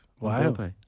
Wow